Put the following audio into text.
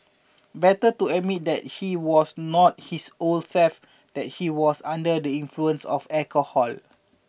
better to admit that he was not his old self that he was under the influence of alcohol